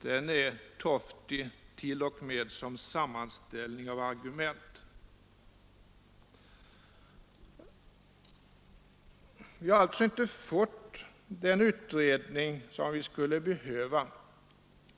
Den är torftig, t.o.m. som sammanställning av argument. Vi har alltså inte fått den utredning som vi skulle behöva.